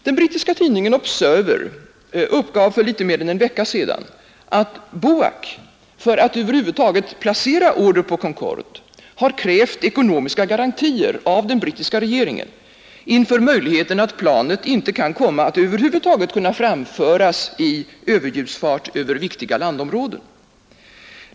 Den brittiska tidningen Observer uppgav för litet mer än en vecka sedan att BOAC för att över huvud taget placera order på Concorde har krävt ekonomiska garantier av den brittiska regeringen inför möjligheten att planet kan komma att över huvud taget inte kunna framföras i överljudsfart över viktiga landområden.